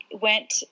went